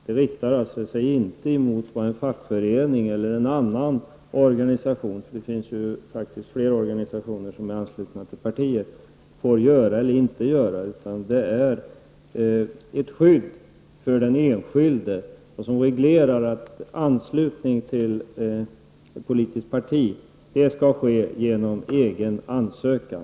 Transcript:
Det riktar sig inte mot vad en fackförening eller en annan organisation -- för det finns ju flera organisationer som är anslutna till partier -- får göra eller inte göra, utan det är ett skydd för den enskilde som reglerar att anslutning till politiskt parti skall ske genom egen ansökan.